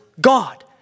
God